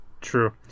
True